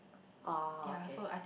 oh okay